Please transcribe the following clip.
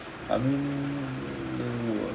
I mean